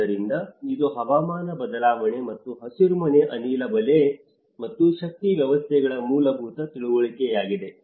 ಆದ್ದರಿಂದ ಇದು ಹವಾಮಾನ ಬದಲಾವಣೆ ಮತ್ತು ಹಸಿರುಮನೆ ಅನಿಲ ಬಲೆ ಮತ್ತು ಶಕ್ತಿ ವ್ಯವಸ್ಥೆಗಳ ಮೂಲಭೂತ ತಿಳುವಳಿಕೆಯಾಗಿದೆ